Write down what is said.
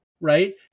right